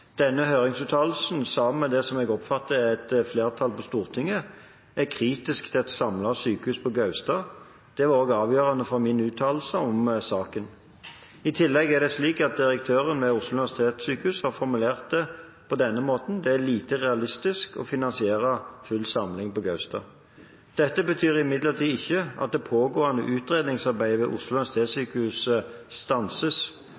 Denne høringsuttalelsen, sammen med det som jeg oppfatter er et flertall på Stortinget, er kritisk til et samlet sykehus på Gaustad. Det var også avgjørende for min uttalelse om saken. I tillegg er det slik at direktøren ved Oslo universitetssykehus har formulert det på denne måten: Det er lite realistisk å finansiere full samling på Gaustad. Dette betyr imidlertid ikke at det pågående utredningsarbeidet ved Oslo universitetssykehus stanses.